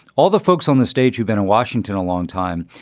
all the folks on the stage who've been in washington a long time.